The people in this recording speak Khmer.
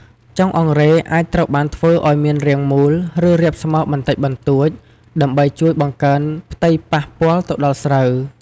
ចុងអង្រែអាចត្រូវបានធ្វើឲ្យមានរាងមូល ឬរាបស្មើបន្តិចបន្តួច ដើម្បីជួយបង្កើនផ្ទៃប៉ះពាល់ទៅដល់ស្រូវ។